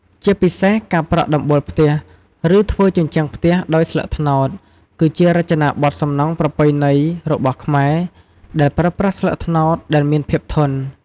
ជាពិសេស ការប្រក់ដំបូលផ្ទះ ឬធ្វើជញ្ជាំងផ្ទះដោយស្លឹកត្នោត គឺជារចនាបថសំណង់ប្រពៃណីរបស់ខ្មែរ ដែលប្រើប្រាស់ស្លឹកត្នោតដែលមានភាពធន់។